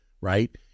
right